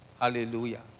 Hallelujah